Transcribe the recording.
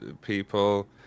people